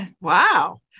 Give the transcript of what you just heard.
Wow